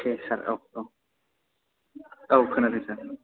अके सार औ औ औ खोनादों सार